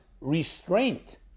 restraint